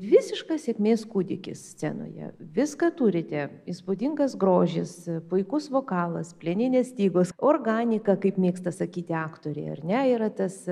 visiškas sėkmės kūdikis scenoje viską turite įspūdingas grožis puikus vokalas plieninės stygos organika kaip mėgsta sakyti aktoriai ar ne yra tas